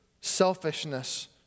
selfishness